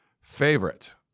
favorite